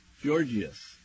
Georgius